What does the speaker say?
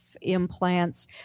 implants